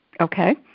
Okay